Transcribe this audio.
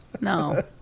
No